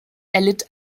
erlitt